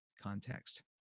context